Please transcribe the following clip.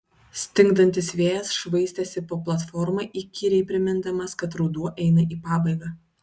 stingdantis vėjas švaistėsi po platformą įkyriai primindamas kad ruduo eina į pabaigą